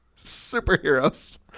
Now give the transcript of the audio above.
superheroes